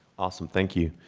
awesome. thank you.